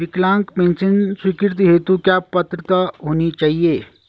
विकलांग पेंशन स्वीकृति हेतु क्या पात्रता होनी चाहिये?